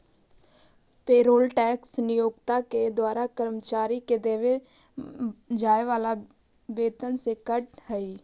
payroll tax नियोक्ता के द्वारा कर्मचारि के देवे जाए वाला वेतन से कटऽ हई